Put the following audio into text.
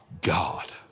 God